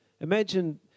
Imagine